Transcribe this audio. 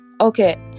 okay